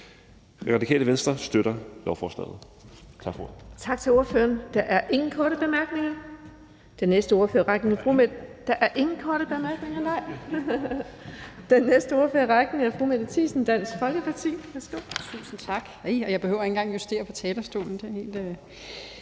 Radikale Venstre støtter lovforslaget. Tak for ordet.